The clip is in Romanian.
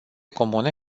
comune